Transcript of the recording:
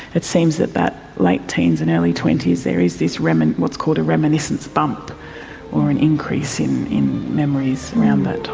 it seems that that late teens and early twenty s, there is this what's called a reminiscence bump or an increase in in memories around that